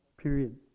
period